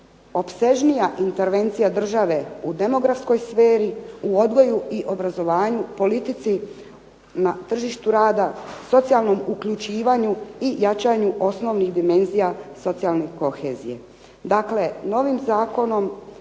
opsežnija intervencija države u demografskoj sferi u odgoju i obrazovanju, politici na tržištu rada, socijalnom uključivanju i jačanju osnovnih dimenzija socijalne kohezije.